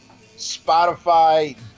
Spotify